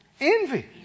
Envy